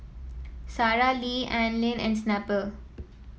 Sara Lee Anlene and Snapple